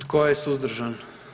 Tko je suzdržan?